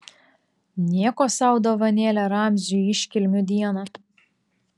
nieko sau dovanėlė ramziui iškilmių dieną